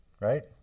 Right